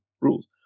rules